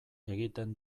egiten